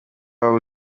waba